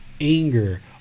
anger